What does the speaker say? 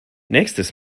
nächstes